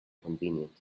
convenient